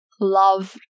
love